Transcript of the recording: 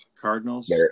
Cardinals